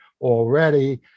already